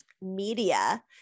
media